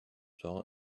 door